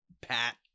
pat